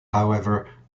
however